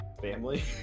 family